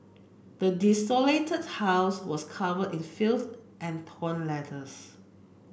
the desolated house was covered in filth and torn letters